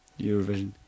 Eurovision